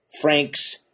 Frank's